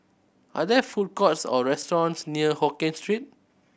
are there food courts or restaurants near Hokkien Street